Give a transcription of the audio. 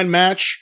match